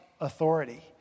authority